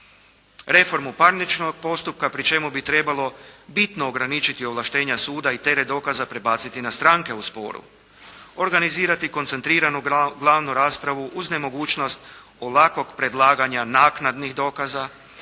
Reformu parničnog postupka, pri čemu bi trebalo bitno ograničiti ovlaštenja suda i teret dokaza prebaciti na stranke u sporu. Organizirati koncentriranu glavnu raspravu uz nemogućnost ovakvog predlaganja naknadnih dokaza,